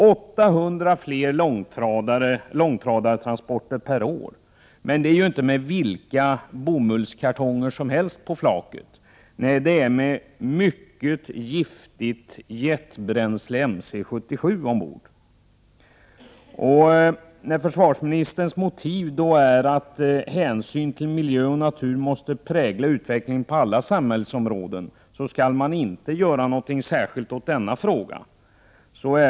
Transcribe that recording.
800 fler långtradartransporter per år — och det är inte med vilka bomullskartonger som helst, utan med det mycket giftiga jetbränslet MC77 ombord! Försvarsministern säger i svaret att ”hänsyn till miljö och natur måste prägla utvecklingen på alla samhällsområden”. Det betyder att man inte tänker göra någonting särskilt åt detta problem.